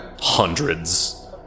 Hundreds